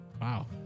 Wow